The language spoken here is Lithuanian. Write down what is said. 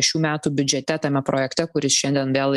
šių metų biudžete tame projekte kuris šiandien vėl